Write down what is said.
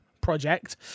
project